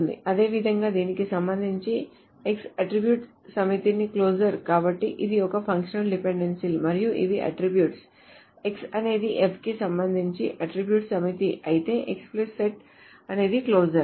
అదేవిధంగా దీనికి సంబంధించి X అట్ట్రిబ్యూట్ సమితిని క్లోజర్ కాబట్టి ఇది ఒక ఫంక్షనల్ డిపెండెన్సీలు మరియు ఇవి అట్ట్రిబ్యూట్స్ X అనేది F కి సంబంధించి అట్ట్రిబ్యూట్ సమితి అయితే X సెట్ అనేది క్లోజర్